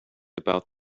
about